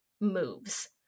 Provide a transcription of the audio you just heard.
moves